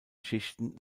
schichten